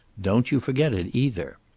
don't you forget it, either.